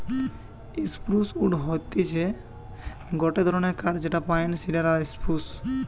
spruce wood হতিছে গটে ধরণের কাঠ যেটা পাইন, সিডার আর স্প্রুস